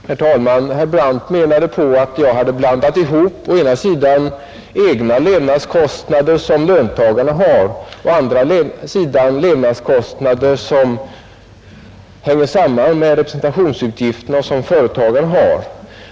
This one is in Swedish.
Herr talman! Herr Brandt menade att jag hade blandat ihop å ena sidan egna levnadskostnader som löntagarna har och å andra sidan levnadskostnader som hänger samman med representationsutgifter som företagen har.